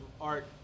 art